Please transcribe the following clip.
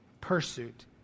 pursuit